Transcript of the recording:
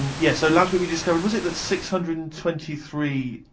and yeah, so last week we discovered was it that six hundred and twenty three.